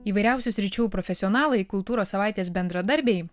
įvairiausių sričių profesionalai kultūros savaitės bendradarbiai